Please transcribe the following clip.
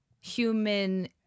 human